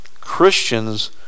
Christians